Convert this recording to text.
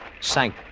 sank